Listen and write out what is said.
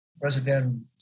President